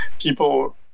people